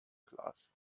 class